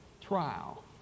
trial